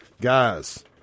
Guys